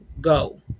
go